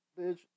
Bitch